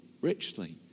richly